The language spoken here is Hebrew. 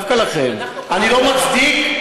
אני לא מצדיק.